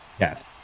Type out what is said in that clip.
Yes